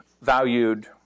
valued